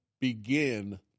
Begin